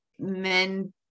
men